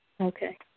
Okay